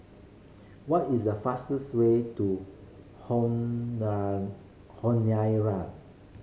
what is the fastest way to Honiara